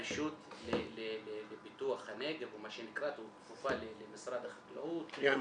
רשות לפיתוח הנגב או מה שנקרא --- למשרד החקלאות- - היא המכשול,